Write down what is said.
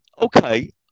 okay